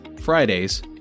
Fridays